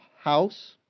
house